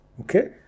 okay